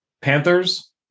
Panthers